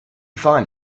find